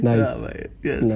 Nice